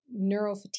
neurofatigue